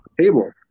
table